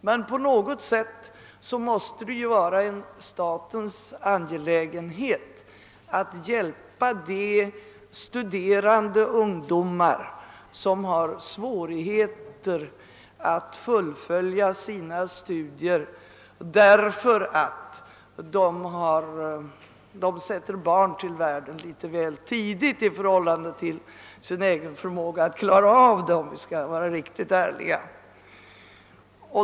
Men på något sätt måste det vara en statens angelägenhet att hjälpa de studerande ungdomar, som har svårigheter att fullfölja sina studier därför att de — om vi skall vara riktigt ärliga — sätter barn till världen litet väl tidigt i förhållande till den egna förmågan att klara av de ekonomiska problemen.